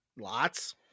lots